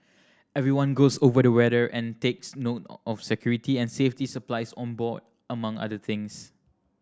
everyone goes over the weather and takes note of security and safety supplies on board among other things